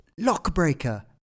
Lockbreaker